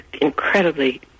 incredibly